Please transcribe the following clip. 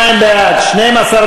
2015 עכשיו?